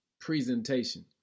presentation